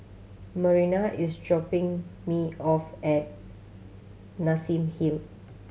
Marina is dropping me off at Nassim Hill